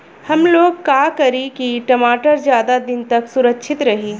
हमलोग का करी की टमाटर ज्यादा दिन तक सुरक्षित रही?